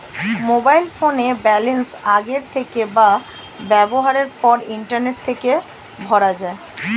mobile ফোনের balance আগের থেকে বা ব্যবহারের পর ইন্টারনেট থেকে ভরা যায়